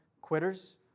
quitters